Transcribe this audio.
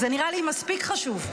זה נראה לי מספיק חשוב.